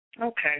Okay